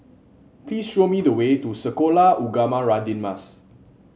please show me the way to Sekolah Ugama Radin Mas